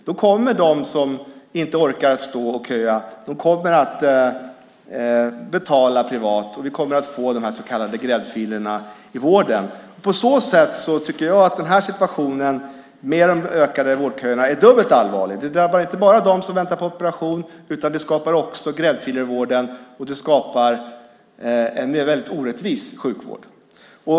Då kommer de som inte orkar stå och köa att betala privat, och vi kommer att få de här så kallade gräddfilerna i vården. På så sätt tycker jag att situationen med de ökade vårdköerna är dubbelt allvarlig. De drabbar inte bara dem som väntar på operation, utan de skapar också gräddfiler i vården och en mer orättvis sjukvård.